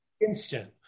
instant